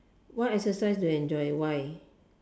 what exercise do you enjoy why